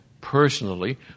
personally